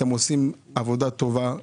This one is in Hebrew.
אתם עושים עבודה טובה.